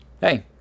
hey